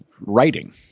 writing